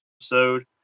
episode